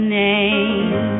name